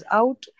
out